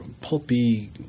pulpy